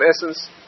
essence